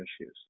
issues